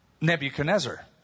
Nebuchadnezzar